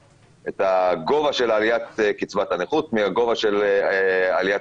גובה עליית קצבת הנכות מהגובה של עליית